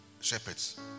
shepherds